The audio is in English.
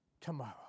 tomorrow